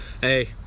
hey